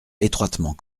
étroitement